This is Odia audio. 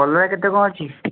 କଲରା କେତେ କ'ଣ ଅଛି